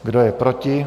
Kdo je proti?